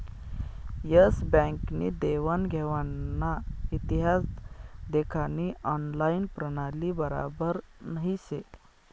S bank नी देवान घेवानना इतिहास देखानी ऑनलाईन प्रणाली बराबर नही शे